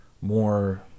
more